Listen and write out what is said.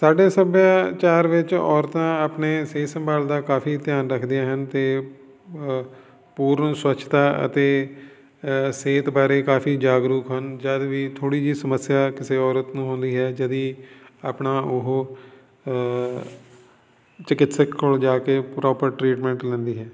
ਸਾਡੇ ਸੱਭਿਆਚਾਰ ਵਿੱਚ ਔਰਤਾਂ ਆਪਣੇ ਸਿਹਤ ਸੰਭਾਲ ਦਾ ਕਾਫੀ ਧਿਆਨ ਰੱਖਦੀਆਂ ਹਨ ਅਤੇ ਪੂਰਨ ਸਵੱਛਤਾ ਅਤੇ ਸਿਹਤ ਬਾਰੇ ਕਾਫੀ ਜਾਗਰੂਕ ਹਨ ਜਦ ਵੀ ਥੋੜ੍ਹੀ ਜਿਹੀ ਸਮੱਸਿਆ ਕਿਸੇ ਔਰਤ ਨੂੰ ਆਉਂਦੀ ਹੈ ਜਦੀ ਆਪਣਾ ਉਹ ਚਕਿਤਸਿਤ ਕੋਲ ਜਾ ਕੇ ਪ੍ਰੋਪਰ ਟ੍ਰੀਟਮੈਂਟ ਲੈਂਦੀ ਹੈ